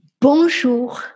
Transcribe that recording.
Bonjour